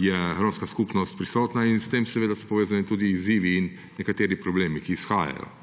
je romska skupnost prisotna, in s tem so povezani tudi izzivi in nekateri problemi, ki iz njih